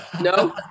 No